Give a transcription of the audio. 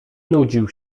nudził